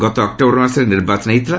ଗତ ଅକ୍ଟୋବର ମାସରେ ନିର୍ବାଚନ ହୋଇଥିଲା